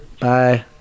Bye